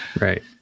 Right